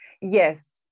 Yes